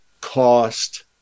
cost